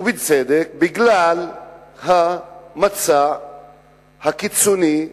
ובצדק, בגלל המצע הקיצוני,